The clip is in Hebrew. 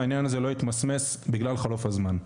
והעניין הזה לא יתממש בגלל חלוף הזמן.